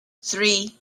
three